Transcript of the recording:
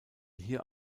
hier